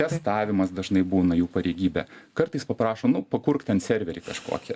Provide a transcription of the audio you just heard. testavimas dažnai būna jų pareigybė kartais paprašo nu kurk ten serverį kažkokį